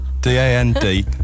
D-A-N-D